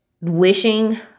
wishing